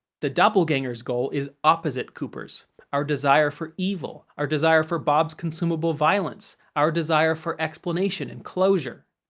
the doppelganger's goal is opposite cooper's our desire for evil, our desire for bob's consumable violence, our desire for explanation and closure.